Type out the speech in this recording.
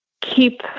keep